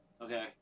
Okay